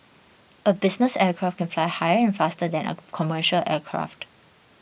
a business aircraft can fly higher and faster than a commercial aircraft